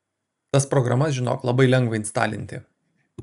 tas programas žinok labai lengva instalinti